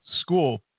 school